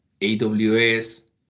AWS